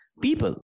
people